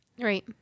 Right